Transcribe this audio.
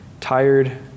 tired